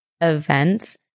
events